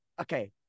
Okay